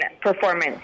performance